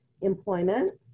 employment